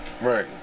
right